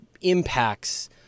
impacts